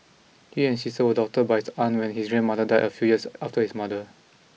he and his sister were adopted by his aunt when his grandmother died a few years after his mother